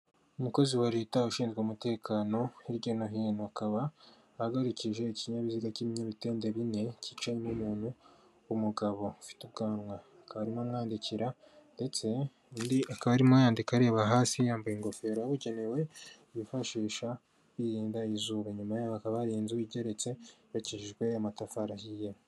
Umukozi wa leta ushinzwe umutekano hirya no hino, akaba ahagarikije ikinyabiziga cy'ibinyamitende bine kicayemo umuntu w'umugabo ufite ubwanwa akaba arimo amwandikira ndetse undi akaba arimo yandika areba hasi yambaye ingofero yabugenewe bifashisha birinda izuba. Inyuma yaho hakaba hari inzu igeretse yubakishijwe amatafari ahiye.